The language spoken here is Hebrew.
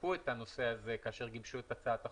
בדקו את הנושא הזה כאשר גיבשו את הצעת החוק.